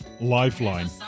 lifeline